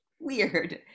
weird